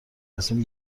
تصمیم